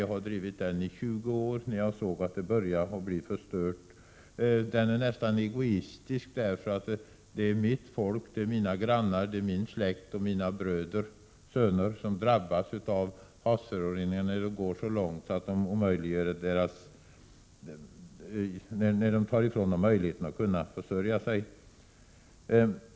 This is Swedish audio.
Jag har drivit den i 20 år ända sedan jag såg att haven började bli förstörda. Man kan nästan säga att det är av egoistiska skäl som jag driver denna fråga, eftersom det är mitt folk, mina grannar och min släkt — mina bröder och mina söner — som drabbas av havsföroreningarna, när dessa föroreningar har nått därhän att de tar ifrån dessa människor möjligheterna att försörja sig.